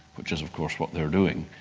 which is of course what they're doing.